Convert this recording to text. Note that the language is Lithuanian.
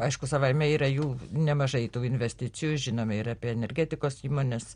aišku savaime yra jų nemažai tų investicijų žinome ir apie energetikos įmones